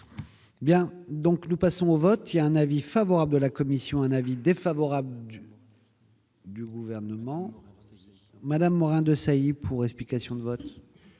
Bien donc nous passons au vote, il a un avis favorable de la commission, un avis défavorable. Du gouvernement Madame Morin-Desailly pour explication de vote.